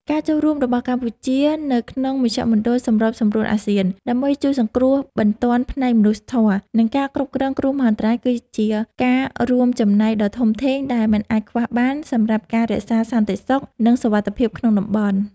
ការចូលរួមរបស់កម្ពុជានៅក្នុងមជ្ឈមណ្ឌលសម្របសម្រួលអាស៊ាន ដើម្បីជួយសង្គ្រោះបន្ទាន់ផ្នែកមនុស្សធម៌ និងការគ្រប់គ្រងគ្រោះមហន្តរាយ គឺជាការរួមចំណែកដ៏ធំធេងដែលមិនអាចខ្វះបាន សម្រាប់ការរក្សាសន្តិសុខ និងសុវត្ថិភាពក្នុងតំបន់។